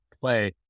play